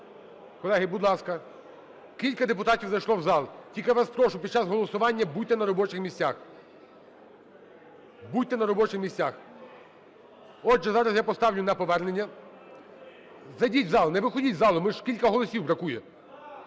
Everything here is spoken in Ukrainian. Колеги, будь ласка, кілька депутатів зайшло у зал. Тільки я вас прошу, під час голосування будьте на робочих місцях. Будьте на робочих місцях! Отже, зараз я поставлю на повернення. Зайдіть у зал, не виходьте із залу. Ми ж… кілька голосів бракує.